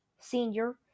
senior